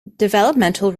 developmental